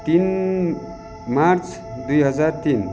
तिन मार्च दुई हजार तिन